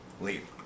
Leave